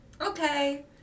Okay